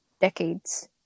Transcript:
decades